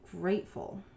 grateful